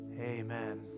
Amen